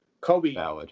Kobe